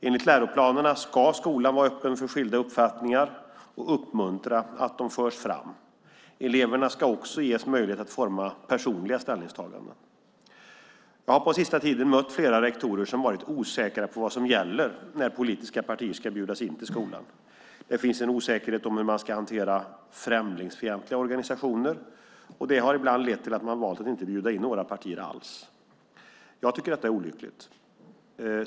Enligt läroplanerna ska skolan vara öppen för skilda uppfattningar och uppmuntra att de förs fram. Eleverna ska också ges möjlighet att forma personliga ställningstaganden. Jag har på sista tiden mött flera rektorer som varit osäkra på vad som gäller när politiska partier ska bjudas in till skolan. Det finns en osäkerhet om hur man ska hantera främlingsfientliga organisationer och det har ibland lett till att man valt att inte bjuda in några partier alls. Jag tycker att detta är olyckligt.